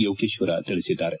ಯೋಗೇಶ್ವರ ತಿಳಿಸಿದ್ದಾರೆ